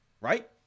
right